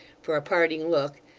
for a parting look,